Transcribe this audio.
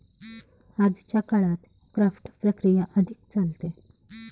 आजच्या काळात क्राफ्ट प्रक्रिया अधिक चालते